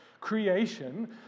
Creation